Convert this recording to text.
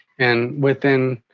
and within